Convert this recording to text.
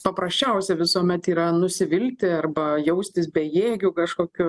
paprasčiausia visuomet yra nusivilti arba jaustis bejėgiu kažkokiu